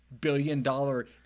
billion-dollar